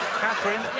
catherine?